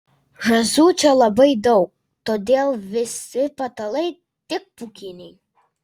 žąsų čia labai daug todėl visi patalai tik pūkiniai